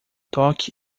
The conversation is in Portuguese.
toque